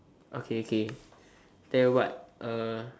okay K then what uh